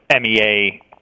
MEA